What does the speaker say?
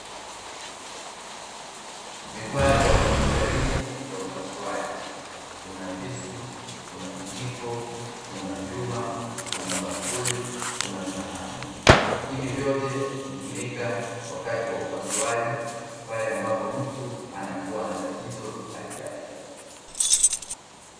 Vifaa vya hospitalini vya upasuaji. Kuna visu, kuna vijiko, kuna vyuma, kuna bakuli, kuna sahani. Hivi vyote hutumika wakati wa upasuaji pale ambapo mtu anakua na tatizo la kiafya.